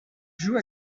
joue